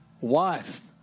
wife